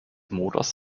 motors